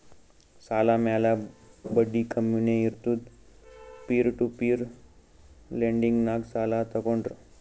ಸಾಲ ಮ್ಯಾಲ ಬಡ್ಡಿ ಕಮ್ಮಿನೇ ಇರ್ತುದ್ ಪೀರ್ ಟು ಪೀರ್ ಲೆಂಡಿಂಗ್ನಾಗ್ ಸಾಲ ತಗೋಂಡ್ರ್